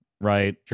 right